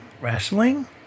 Wrestling